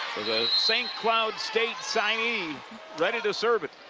the st. cloud state signee ready to serve it.